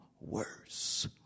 worse